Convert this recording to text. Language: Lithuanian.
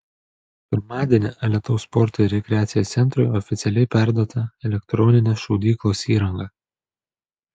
pirmadienį alytaus sporto ir rekreacijos centrui oficialiai perduota elektroninės šaudyklos įranga